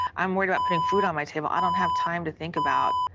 i am worried about putting food on my table. i don't have time to think about,